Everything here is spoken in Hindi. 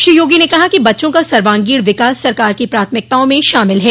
श्री योगी ने कहा कि बच्चों का सर्वांगीण विकास सरकार की प्राथमिकताओं में शामिल है